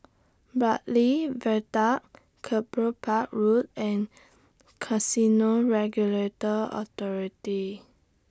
Bartley Viaduct Kelopak Road and Casino Regulatory Authority